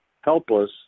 helpless